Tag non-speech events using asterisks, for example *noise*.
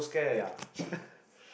ya *breath*